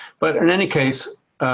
but, in any case,